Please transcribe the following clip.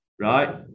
right